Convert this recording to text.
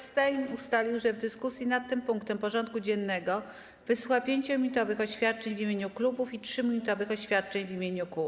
Sejm ustalił, że w dyskusji nad tym punktem porządku dziennego wysłucha 5-minutowych oświadczeń w imieniu klubów i 3-minutowych oświadczeń w imieniu kół.